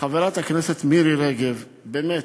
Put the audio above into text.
חברת הכנסת מירי רגב, באמת,